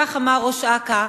כך אמר ראש אכ"א,